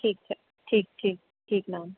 ਠੀਕ ਹੈ ਠੀਕ ਠੀਕ ਠੀਕ ਮੈਮ